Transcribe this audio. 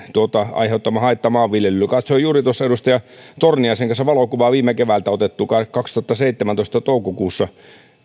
aiheuttama haitta maanviljelijöille katsoin juuri edustaja torniaisen kanssa valokuvaa viime keväänä otettua kaksituhattaseitsemäntoista toukokuussa